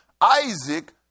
Isaac